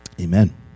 Amen